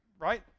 right